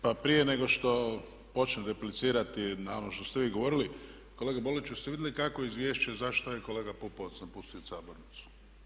Pa prije nego što počnem replicirati na ono što ste i govorili kolega Boriću jeste vidjeli kako izvješće i zašto je kolega Pupovac napustio sabornicu.